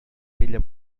vella